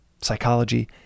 psychology